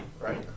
right